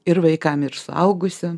ir vaikam ir suaugusiem